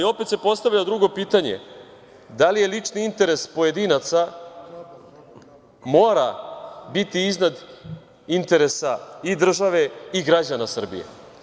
Opet se postavlja drugo pitanje - da li lični interes pojedinaca mora biti iznad interesa i države i građana Srbije?